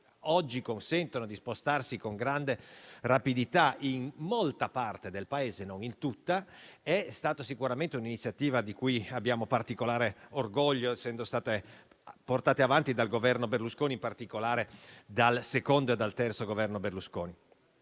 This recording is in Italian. oggi consentono di spostarsi con grande rapidità in molta parte del Paese, non in tutto, è stata sicuramente un'iniziativa per la quale nutriamo particolare orgoglio, essendo stata portata avanti dal Governo Berlusconi, in particolare dal secondo e dal terzo. Ora vengono